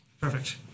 Perfect